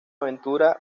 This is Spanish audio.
aventura